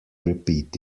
repeat